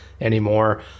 anymore